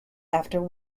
after